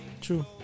True